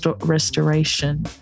restoration